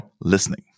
listening